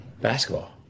basketball